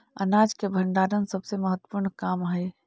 अनाज के भण्डारण सबसे महत्त्वपूर्ण काम हइ